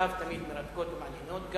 תשובותיו תמיד מרתקות ומעניינות,